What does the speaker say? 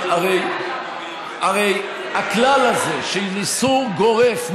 הרי הכלל הזה של איסור גורף,